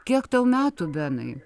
kiek tau metų benai